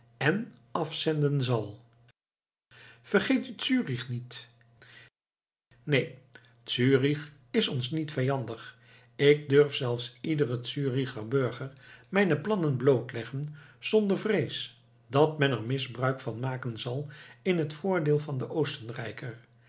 en afzenden zal vergeet u zürich niet neen zürich is ons niet vijandig ik durf zelfs iederen züricher burger mijne plannen blootleggen zonder vrees dat men er misbruik van maken zal in het voordeel van den oostenrijker